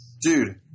Dude